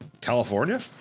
California